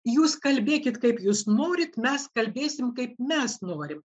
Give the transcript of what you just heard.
jūs kalbėkit kaip jūs norite mes kalbėsime kaip mes norime